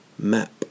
map